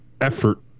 effort